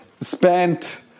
spent